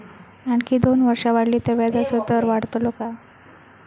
आणखी दोन वर्षा वाढली तर व्याजाचो दर वाढतलो काय?